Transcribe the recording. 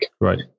right